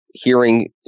hearing